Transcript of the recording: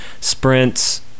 sprints